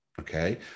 Okay